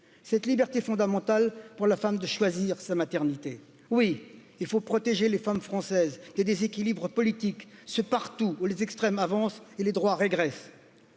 cette liberté fondamentale pour la femme, de choisir sa maternité. Oui, il faut protéger les femmes françaises des déséquilibres politiques, ce partout où les extrêmes avancent et les droits régressent.